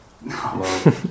No